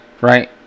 right